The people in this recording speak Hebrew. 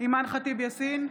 אימאן ח'טיב יאסין,